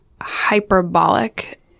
hyperbolic